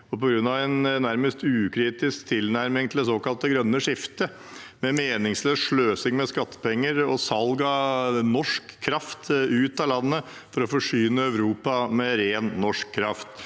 og på grunn av en nærmest ukritisk tilnærming til det såkalte grønne skiftet, med meningsløs sløsing av skattepenger og salg av norsk kraft ut av landet for å forsyne Europa med ren norsk kraft.